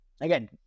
again